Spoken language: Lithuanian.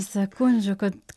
sekundžių kad